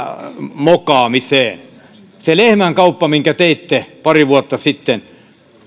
mokaamiseen se lehmänkauppa minkä teitte pari vuotta sitten